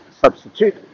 substitute